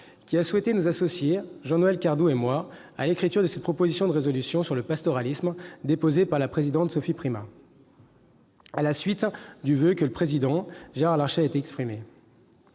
qui a souhaité nous associer, Jean-Noël Cardoux et moi-même, à l'écriture de cette proposition de résolution sur le pastoralisme, déposée par la présidente Sophie Primas, à la suite du voeu que le président Gérard Larcher a exprimé.